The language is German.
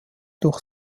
durch